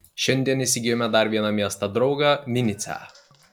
šiandien įsigijome dar vieną miestą draugą vinycią